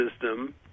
system